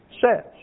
says